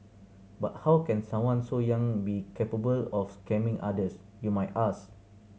but how can someone so young be capable of scamming others you might ask